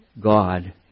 God